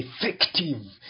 effective